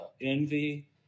envy